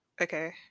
okay